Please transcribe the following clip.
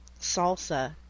salsa